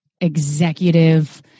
executive